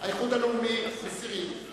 מסירים.